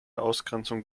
ausgrenzung